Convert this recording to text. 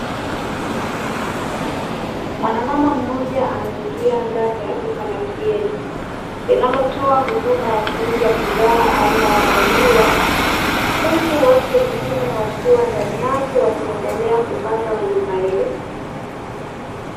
Mwanamama mmoja anaingia ndani ya duka la Kieni, linalotoa huduma ya kuuza bidhaa aina ya maziwa, huku watu wengine wakiwa ndani yake wakiendelea kupata huduma hiyo.